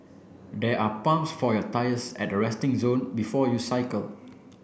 there are pumps for your tyres at the resting zone before you cycle